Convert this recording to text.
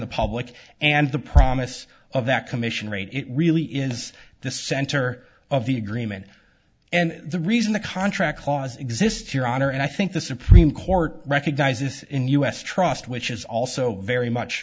the public and and the promise of that commission rate it really is the center of the agreement and the reason the contract clause exists your honor and i think the supreme court recognized this in us trust which is also very much